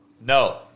No